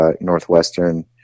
Northwestern